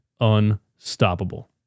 unstoppable